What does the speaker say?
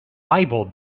bible